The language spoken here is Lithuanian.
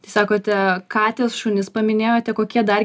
tai sakote kates šunis paminėjote kokie dar